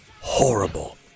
Horrible